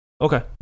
Okay